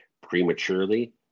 prematurely